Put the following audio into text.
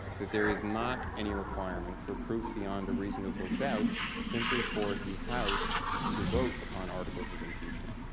there is not any requirement for proof beyond a reasonable doubt simply for the house to vote upon articles of impeachment.